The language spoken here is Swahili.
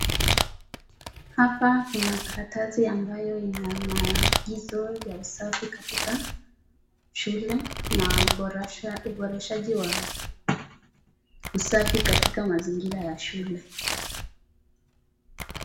Hapa kuna karatasi ambayo ina maagizo ya usafi katika shule na uboreshaji wa usafi katika mazingira ya shule.